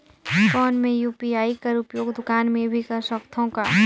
कौन मै यू.पी.आई कर उपयोग दुकान मे भी कर सकथव का?